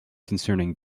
concerning